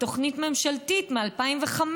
ו"תוכנית ממשלתית מ-2015"